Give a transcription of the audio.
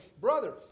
brother